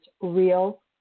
real